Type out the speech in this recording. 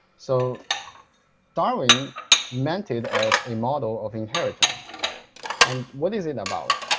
so darwin meant it as a model of inheritance and what is it about?